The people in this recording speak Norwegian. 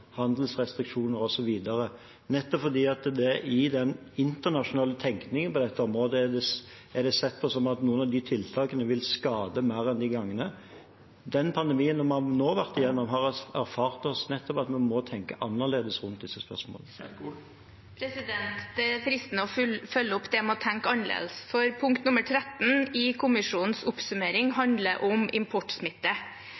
handelsrestriksjoner osv., nettopp fordi det i den internasjonale tenkningen på dette området er sett på som at noen av de tiltakene vil skade mer enn de gagner. I den pandemien vi nå har vært igjennom, har vi erfart at vi må tenke annerledes rundt disse spørsmålene. Det er fristende å følge opp det med å tenke annerledes, for punkt nr. 13 i kommisjonens oppsummering